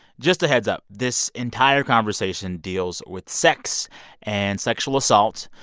just a heads up. this entire conversation deals with sex and sexual assault.